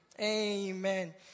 Amen